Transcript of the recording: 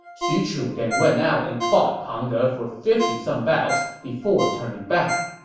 xu chu then went out and fought pang de for fifty some bouts before turning back.